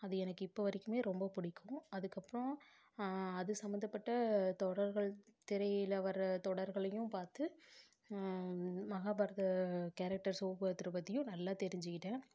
அது எனக்கு இப்போ வரைக்குமே ரொம்ப பிடிக்கும் அதுக்கு அப்புறம் அது சம்மந்தப்பட்ட தொடர்கள் திரையில் வர்ற தொடர்களையும் பார்த்து மகாபாரத கேரக்டர்ஸ்ஸோ ஒவ்வொருத்தரை பற்றியும் நல்லா தெரிஞ்சிக்கிட்டேன்